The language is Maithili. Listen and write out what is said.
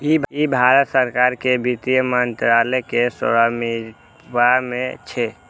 ई भारत सरकार के वित्त मंत्रालय के स्वामित्व मे छै